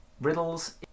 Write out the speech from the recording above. riddles